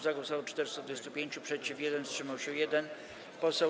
Za głosowało 425, przeciw - 1, wstrzymał się 1 poseł.